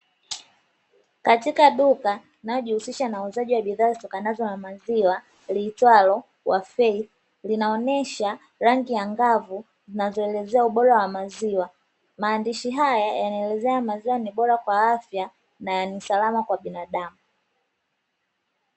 Katika duka linalojihusisha na uuzaji wa bidhaa zitokanazo na maziwa liitwalo "WA FAITH" linaonesha rangi angavu zinazoelezea ubora wa maziwa. Maandishi haya yanaelezea maziwa ni bora kwa afya na ni salama kwa binadamu.